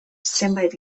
zenbait